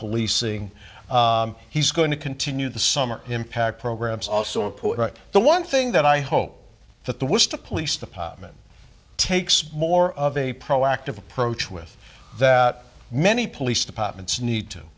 policing he's going to continue the summer impact programs also important the one thing that i hope that the wish the police department takes more of a proactive approach with that many police departments need to